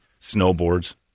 snowboards